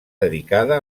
dedicada